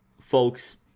folks